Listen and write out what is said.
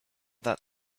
that